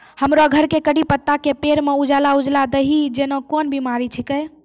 हमरो घर के कढ़ी पत्ता के पेड़ म उजला उजला दही जेना कोन बिमारी छेकै?